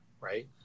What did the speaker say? right